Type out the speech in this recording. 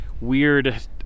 weird